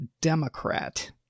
Democrat